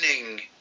winning